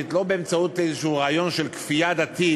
לא באמצעות איזה רעיון של כפייה דתית,